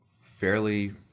fairly